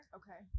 okay